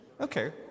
Okay